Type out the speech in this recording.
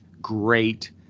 great